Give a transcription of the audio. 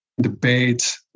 debate